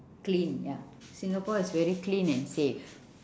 clean ya singapore is very clean and safe